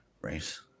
race